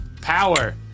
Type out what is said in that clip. Power